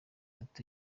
ati